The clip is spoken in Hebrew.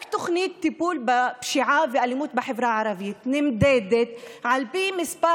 רק תוכנית לטיפול בפשיעה ובאלימות בחברה הערבית נמדדת על פי מספר